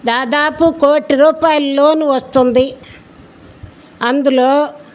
దాదాపు కోటి రూపాయల లోన్ వస్తుంది అందులో